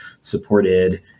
supported